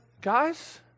guys